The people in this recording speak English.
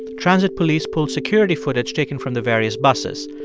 transit police pulled security footage taken from the various buses.